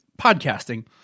podcasting